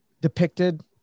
depicted